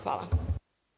Hvala.